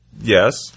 Yes